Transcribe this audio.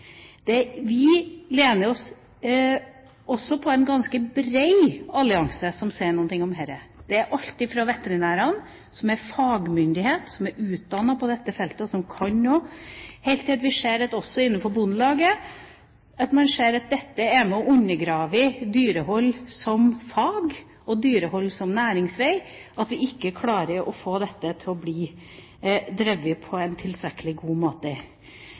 Vi lener oss også på en ganske bred allianse, som sier noe om dette. Alt fra veterinærene, som er fagmyndighet, som er utdannet på dette feltet, og som kan noe, til Bondelaget ser at dette er med på å undergrave dyrehold som fag og dyrehold som næringsvei, og at vi ikke klarer å få dette til å bli drevet på en tilstrekkelig god måte.